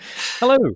Hello